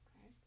Okay